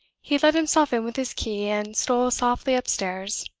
he let himself in with his key, and stole softly upstairs.